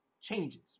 changes